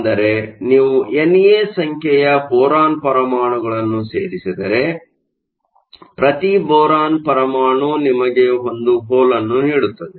ಅಂದರೆ ನೀವು ಎನ್ಎ ಸಂಖ್ಯೆಯ ಬೋರಾನ್ ಪರಮಾಣುಗಳನ್ನು ಸೇರಿಸಿದರೆ ಪ್ರತಿ ಬೋರಾನ್ ಪರಮಾಣು ನಿಮಗೆ ಒಂದು ಹೋಲ್ ಅನ್ನು ನೀಡುತ್ತದೆ